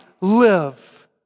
live